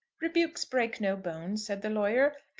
rebukes break no bones, said the lawyer.